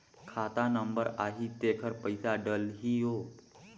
खाता नंबर आही तेकर पइसा डलहीओ?